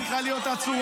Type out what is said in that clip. היא צריכה להיות עצורה.